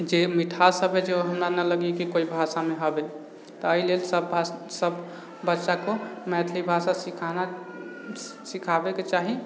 जे मिठाससब होइ छै ओ हमरा नहि लगैए कि कोइ भाषामे हबे तऽ एहि लेल सबभाषा सब बच्चाके मैथिली भाषा सिखाना सिखाबैके चाही